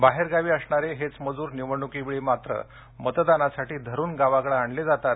बाहेरगावी असणारे हेच मजूर निवडणुकीवेळी मात्र मतदानासाठी धरुन गावाकडं आणले जातात